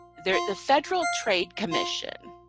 the the federal trade commission,